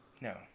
No